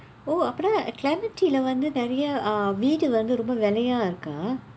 oh அப்போன:apppoonaa clementi வந்து நிறைய வீடு வந்து ரொம்ப விளையா இருக்கா:vandthu niraiya viidu vandthu rompa vilaiya irrukkaa